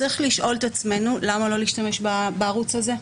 צריך לשאול את עצמנו: למה לא להשתמש בערוץ הזה.